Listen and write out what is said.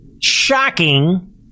shocking